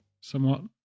somewhat